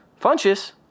Funches